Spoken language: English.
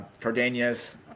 Cardenas